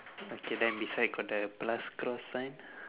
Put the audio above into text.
okay then beside got the plus cross sign